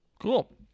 Cool